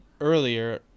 earlier